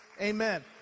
Amen